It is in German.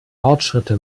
fortschritte